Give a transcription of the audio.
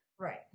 Right